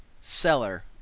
seller